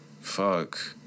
Fuck